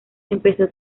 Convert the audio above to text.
empezó